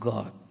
God